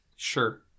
Sure